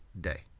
day